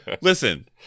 Listen